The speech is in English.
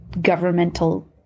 governmental